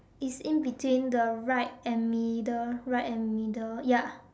it's in between the right and middle right and middle ya